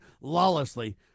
lawlessly